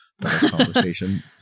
conversation